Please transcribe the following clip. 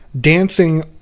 dancing